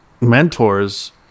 mentors